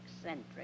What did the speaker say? eccentric